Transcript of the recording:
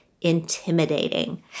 intimidating